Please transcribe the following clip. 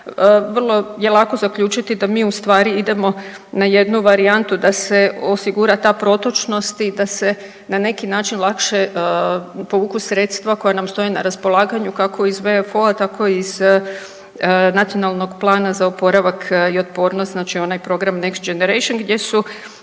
vrlo je lako zaključiti da mi ustvari idemo na jednu varijantu da se osigura ta protočnost i da se na neki način lakše povuku sredstva koja nam stoje na raspolaganju kao iz VFO-a tako iz Nacionalnog plana za oporavak i otpornost znači onaj program Next Generation gdje su